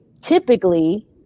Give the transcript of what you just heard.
typically